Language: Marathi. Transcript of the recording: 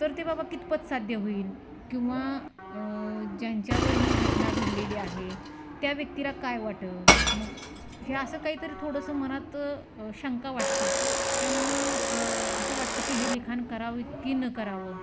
तर ते बाबा कितपत साध्य होईल किंवा ज्यांच्यावर ही घटना घडलेली आहे त्या व्यक्तीला काय वाटल मग हे असं काहीतरी थोडंसं मनात शंका वाटती त्यामुळं असं वाटतं की हे लिखाण करावं की न करावं